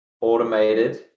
automated